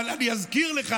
אבל אני אזכיר לך